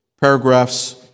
Paragraphs